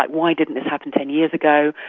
why didn't this happen ten years ago?